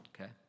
Okay